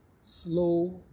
slow